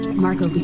Marco